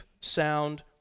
sound